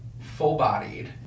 full-bodied